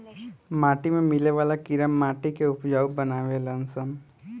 माटी में मिले वाला कीड़ा माटी के उपजाऊ बानावे लन सन